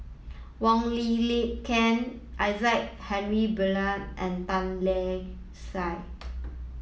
Wong Lin Ken Isaac Henry Burkill and Tan Lark Sye